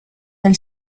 del